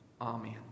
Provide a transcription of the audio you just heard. Amen